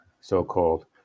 so-called